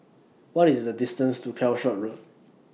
What IS The distance to Calshot Road